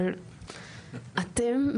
אבל אתם,